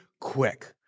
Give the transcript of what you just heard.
quick